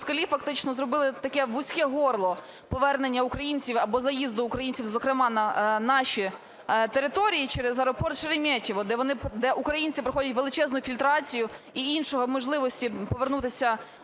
москалі фактично зробили таке вузьке горло повернення українців або заїзду українців, зокрема, на наші території через аеропорт "Шереметьєво", де українці проходять величезну фільтрацію. І іншої можливості повернутися